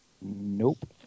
Nope